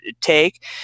take